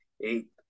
eight